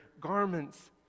garments